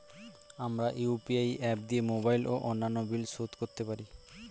আমরা UPI app দিয়ে mobile ও অন্যান্য বিল শোধ করতে পারি